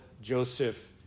Joseph